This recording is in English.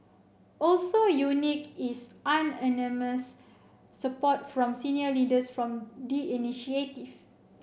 also unique is unanimous support from senior leaders from the initiative